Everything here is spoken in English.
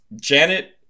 janet